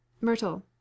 Myrtle